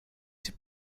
się